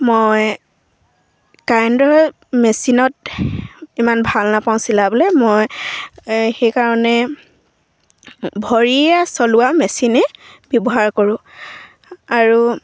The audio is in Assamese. মই কাৰেণ্টৰ মেচিনত ইমান ভাল নাপাওঁ চিলাবলৈ মই সেইকাৰণে ভৰিৰে চলোৱা মেচিনে ব্যৱহাৰ কৰোঁ আৰু